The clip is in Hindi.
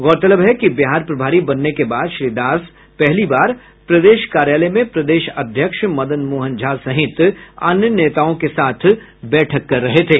गौरतलब है कि बिहार प्रभारी बनने के बाद श्री दास पहली बार प्रदेश कार्यालय में प्रदेश अध्यक्ष मदन मोहन झा सहित अन्य नेताओं के साथ बैठक कर रहे थे